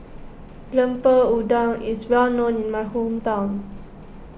Lemper Udang is well known in my hometown